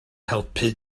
helpu